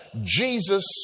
Jesus